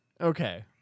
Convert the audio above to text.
Okay